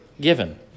given